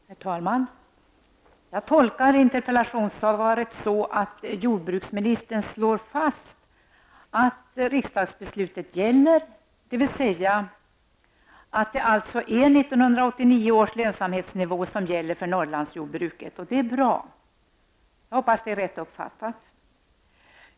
Herr talman! Jag tolkar interpellationssvaret så att jordbruksministern slår fast att riksdagsbeslutet gäller, dvs. att det är 1989 års lönsamhetsnivå som gäller för Norrlandsjordbruket. Det är bra. Jag hoppas att det är rätt uppfattat.